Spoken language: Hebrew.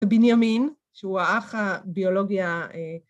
בנימין, שהוא האח הביולוגי ה...